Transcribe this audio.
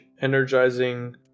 energizing